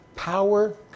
Power